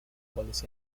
goles